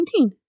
19